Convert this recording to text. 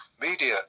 Media